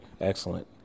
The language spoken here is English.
Excellent